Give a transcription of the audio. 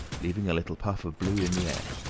leaving a little puff of blue in the air.